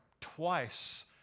twice